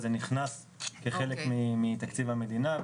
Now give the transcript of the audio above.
זה נכנס כחלק מתקציב המדינה,